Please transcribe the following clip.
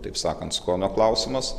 taip sakant skonio klausimas